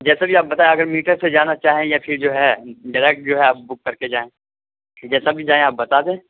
جیسے بھی آپ بتائیں اگر میٹر سے جانا چاہیں یا پھر جو ہے ڈائریکٹ جو ہے آپ بک کر کے جائیں جیسا بھی جائیں آپ بتا دیں